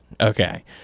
Okay